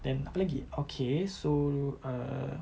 then apa lagi okay so err